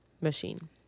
Machine